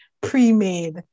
pre-made